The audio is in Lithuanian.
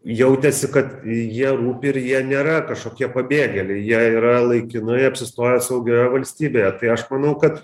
jautėsi kad jie rūpi ir jie nėra kažkokie pabėgėliai jie yra laikinai apsistoję saugioje valstybėje tai aš manau kad